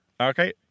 Okay